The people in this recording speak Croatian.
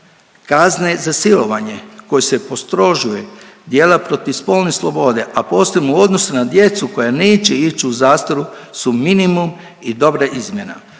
Kazne za silovanje koje se postrožuje, djela protiv spolne slobode, a posebno u odnosu na djecu koja neće ić u zastaru su minimum i dobra izmjena.